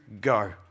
go